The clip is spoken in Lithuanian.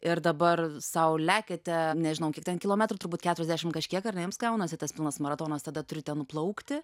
ir dabar sau lekiate nežinau kiek ten kilometrų turbūt keturiasdešim kažkiek ar ne jums gaunasi tas pilmas maratonas tada turite nuplaukti